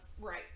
right